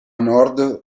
nord